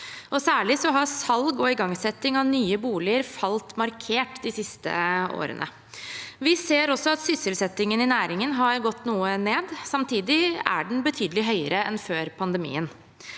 Særlig har salg og igangsetting av nye boliger falt markert de siste årene. Vi ser også at sysselsettingen i næringen har gått noe ned, samtidig er den betydelig høyere enn før pandemien.